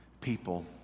people